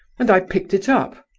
and i picked it up.